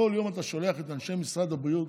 כל יום אתה שולח את אנשי משרד הבריאות